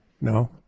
no